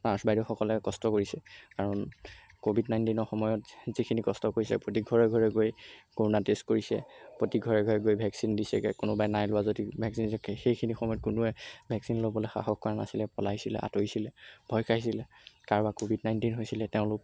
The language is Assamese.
নাৰ্ছ বাইদেউসকলে কষ্ট কৰিছে কাৰণ ক'ভিড নাইনটিনৰ সময়ত যিখিনি কষ্ট কৰিছে প্ৰতি ঘৰে ঘৰে গৈ কৰ'ণা টেষ্ট কৰিছে প্ৰতি ঘৰে ঘৰে গৈ ভেক্সিন দিছেগৈ কোনোবাই নাই লোৱা যদিও নিজকেই সেইখিনি সময়ত কোনোৱে ভেক্সিন ল'বলৈ সাহস কৰা নাছিলে সকলোৱে পলাইছিলে আঁতৰিছিলে ভয় খাইছিলে কাৰোবাৰ ক'ভিড নাইনটিন হৈছিলে তেওঁলোক